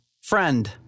friend